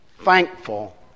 thankful